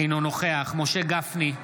אינו נוכח משה גפני,